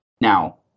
Now